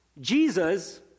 Jesus